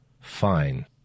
Fine